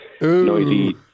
noisy